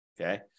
okay